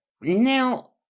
Now